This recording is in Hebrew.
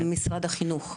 משרד החינוך,